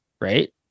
right